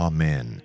Amen